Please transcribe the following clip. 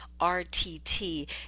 RTT